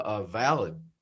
valid